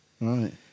Right